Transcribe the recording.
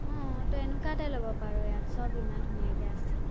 অঁ তই এনেকুৱা এটাই ল'ব পাৰ ইয়াত চব ইমান ধুনীয়াকৈ আছে